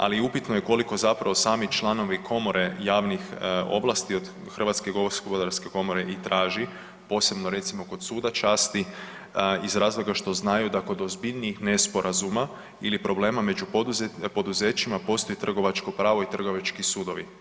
Ali i upitno je koliko zapravo sami članovi komore javnih ovlasti od Hrvatske gospodarske komore i traži posebno recimo kod suda časti iz razloga što znaju da kod ozbiljnijih nesporazuma ili problema među poduzećima postoji trgovačko pravo i trgovački sudovi.